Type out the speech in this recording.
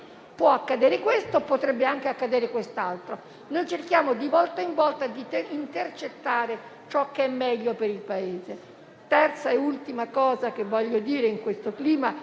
Può accadere questo, ma potrebbe accadere anche quest'altro. Cerchiamo, di volta in volta, di intercettare ciò che è meglio per il Paese. Passo alla terza e ultima cosa che voglio dire in questo clima.